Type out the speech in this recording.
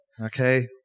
Okay